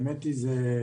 האמת היא שזו